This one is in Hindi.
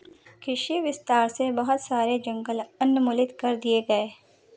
कृषि विस्तार से बहुत सारे जंगल उन्मूलित कर दिए गए